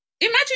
Imagine